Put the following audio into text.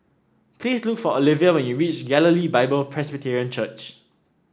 please look for Oliva when you reach Galilee Bible Presbyterian Church